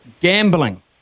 gambling